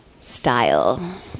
style